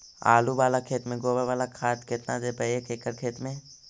आलु बाला खेत मे गोबर बाला खाद केतना देबै एक एकड़ खेत में?